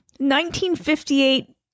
1958